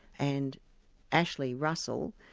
and ashley russell,